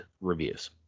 reviews